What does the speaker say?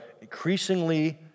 increasingly